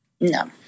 No